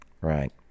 Right